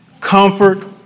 comfort